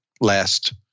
last